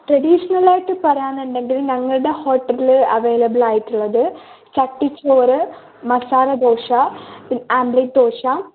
ട്രഡിഷണലായിട്ട് പറയുകയാണെന്നുണ്ടെങ്കിൽ ഞങ്ങളുടെ ഹോട്ടലിൽ അവൈലബിൾ ആയിട്ടുള്ളത് ചട്ടിച്ചോറ് മസാല ദോശ ആമ്പ്ലേറ്റ് ദോശ